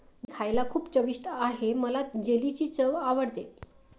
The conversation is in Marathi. जेली खायला खूप चविष्ट आहे मला जेलीची चव आवडते